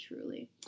truly